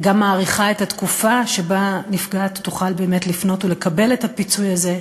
וגם מאריכה את התקופה שבה נפגעת תוכל באמת לפנות ולקבל את הפיצוי הזה.